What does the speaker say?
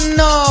no